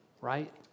right